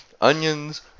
onions